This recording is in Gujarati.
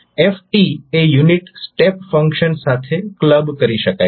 f ને યુનિટ સ્ટેપ ફંક્શન સાથે ક્લબ કરી શકાય છે